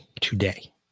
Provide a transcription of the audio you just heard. today